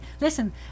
Listen